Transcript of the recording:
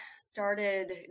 started